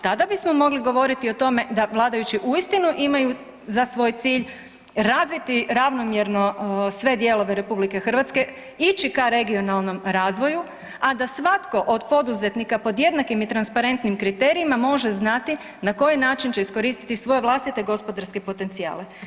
Tada bismo mogli govoriti o tome da vladajući uistinu imaju za svoj cilj razviti ravnomjerno sve dijelove RH, ići ka regionalnom razvoju, a da svatko od poduzetnika pod jednakim i transparentnim kriterijima može znati na koji način će iskoristiti svoje vlastite gospodarske potencijale.